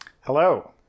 Hello